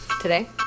today